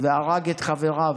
והרג את חבריו.